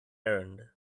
errand